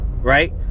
right